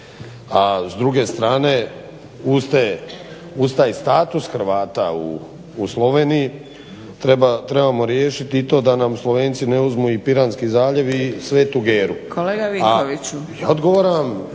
a s druge strane uz taj status Hrvata u Sloveniji trebamo riješit i to da nam Slovenci ne uzmu i Piranski zaljev i Svetu Geru.